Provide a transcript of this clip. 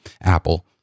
Apple